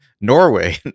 Norway